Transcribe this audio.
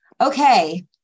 Okay